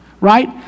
right